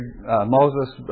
Moses